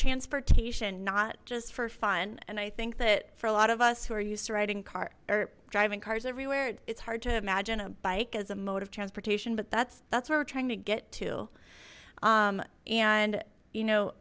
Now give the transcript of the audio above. transportation not just for fun and i think that for a lot of us who are used to riding car or driving cars everywhere it's hard to imagine a bike as a mode of transportation but that's that's where we're trying to get to and you know